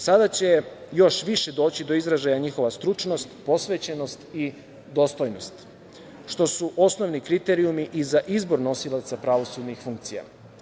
Sada će još više doći do izražaja njihova stručnost, posvećenost i dostojnost, što su osnovni kriterijumi i za izbor nosilaca pravosudnih funkcija.